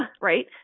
right